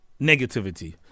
negativity